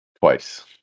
Twice